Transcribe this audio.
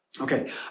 Okay